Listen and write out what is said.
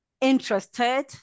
interested